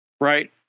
right